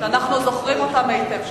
שאנחנו זוכרים אותן היטב.